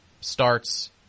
starts